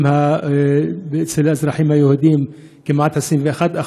אם אצל האזרחים היהודים כמעט 21%,